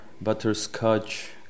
butterscotch